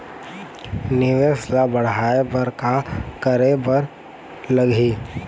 निवेश ला बड़हाए बर का करे बर लगही?